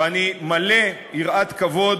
ואני מלא יראת כבוד